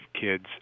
kids